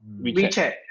WeChat